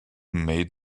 made